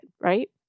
right